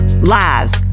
lives